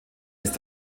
ist